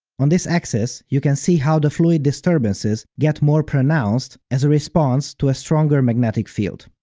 on this axis, you can see how the fluid disturbances get more pronounced as a response to a stronger magnetic field.